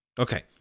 Okay